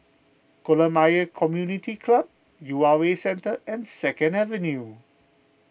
Kolam Ayer Community Club U R A Centre and Second Avenue